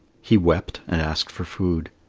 he wept and asked for food.